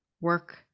work